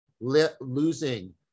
losing